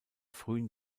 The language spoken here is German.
frühen